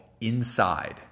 Inside